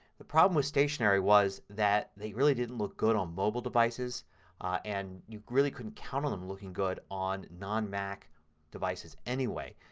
the problem with stationery was that they really didn't look good on mobile devices and you really couldn't count on them looking good on non mac devices anyway.